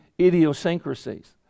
idiosyncrasies